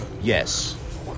yes